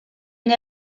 une